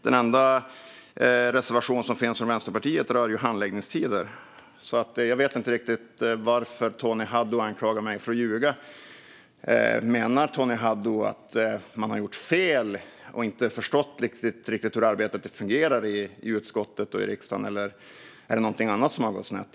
Den enda reservationen från Vänsterpartiet rör ju handläggningstider. Jag vet alltså inte riktigt varför Tony Haddou anklagar mig för att ljuga. Menar Tony Haddou att Vänsterpartiet har gjort fel och inte riktigt förstått hur arbetet i utskottet och riksdagen fungerar, eller är det någonting annat som har gått snett?